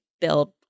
build